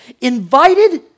invited